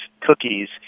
cookies